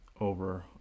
over